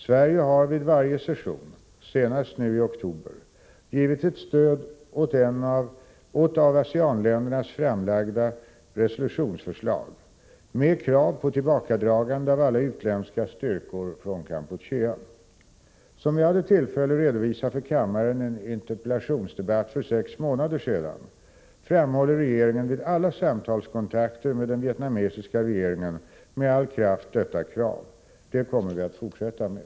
Sverige har vid varje session — senast nu i oktober — givit sitt stöd åt av ASEAN-länderna framlagda resolutionsförslag med krav på tillbakadragan de av alla utländska styrkor från Kampuchea. Som jag hade tillfälle redovisa för kammaren i en interpellationsdebatt för sex månader sedan framhåller regeringen vid alla samtalskontakter med den vietnamesiska regeringen med all kraft detta krav. Det kommer vi att fortsätta med.